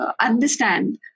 understand